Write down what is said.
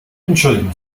entschuldigen